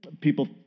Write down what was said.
people